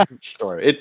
Sure